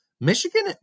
Michigan